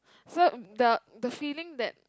so the the feeling that